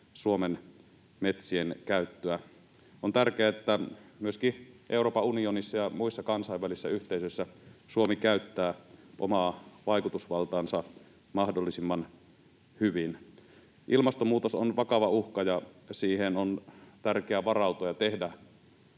Suomen metsien käyttöä. On tärkeää, että myöskin Euroopan unionissa ja muissa kansainvälisissä yhteisöissä Suomi käyttää omaa vaikutusvaltaansa mahdollisimman hyvin. Ilmastonmuutos on vakava uhka, ja siihen on tärkeää varautua ja tehdä